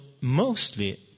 mostly